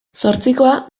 zortzikoa